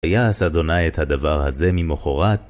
ויעש אדוני את הדבר הזה ממחרת.